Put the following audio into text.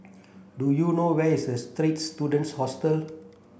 do you know where is a Students Hostel